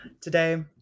Today